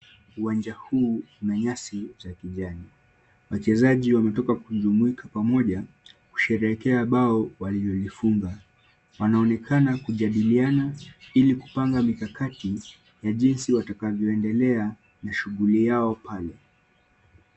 Uwanja huu una nyasi cha kijani. Wachezaji wametoka kujumuika pamoja, kusherehekea bao waliloifunga. Wanaonekana kujadiliana ili kupanga mikakati ya jinsi watakavyo endelea na shughuli yao pale.